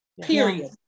period